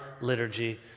liturgy